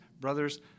brothers